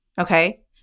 Okay